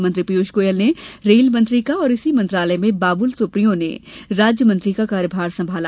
मंत्री पीयूष गोयल ने रेल मंत्री का और इसी मंत्रालय में बाबुल सुप्रियो ने राज्य मंत्री का कार्यभार संभाला